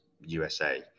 USA